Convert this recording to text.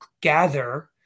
gather